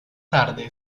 tarde